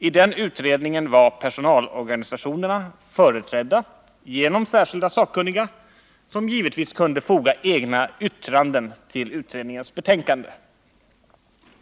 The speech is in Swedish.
I den utredningen var personalorganisationerna företrädda genom särskilda sakkunniga, som givetvis kunde foga egna yttranden till utredningens betänkande.